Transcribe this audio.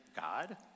God